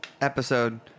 episode